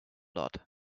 lot